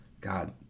God